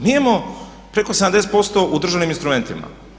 Mi imamo preko 70% u državnim instrumentima.